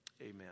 Amen